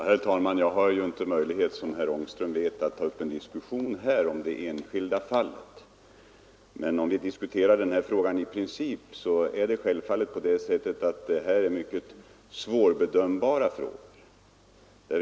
Herr talman! Som herr Ångström vet har jag inte möjlighet att ta upp en diskussion här om det enskilda fallet. Men om vi diskuterar frågan i princip vill jag säga att detta är mycket svårbedömbara frågor.